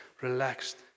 relaxed